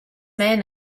man